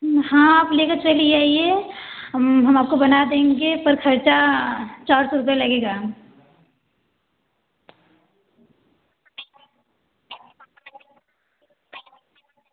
हाँ आप ले कर चली आईए हम हम आपको बना देंगे पर खर्चा चार सौ रुपया लगेगा